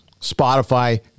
Spotify